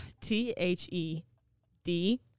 T-H-E-D